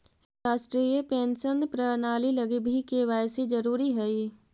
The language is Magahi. राष्ट्रीय पेंशन प्रणाली लगी भी के.वाए.सी जरूरी हई